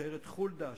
שיירת חולדה,